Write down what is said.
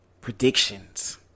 predictions